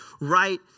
right